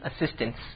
assistance